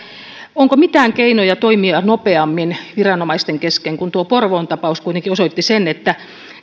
onko mitään keinoja toimia nopeammin viranomaisten kesken kun tuo porvoon tapaus kuitenkin osoitti sen että